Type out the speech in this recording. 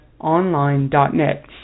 online.net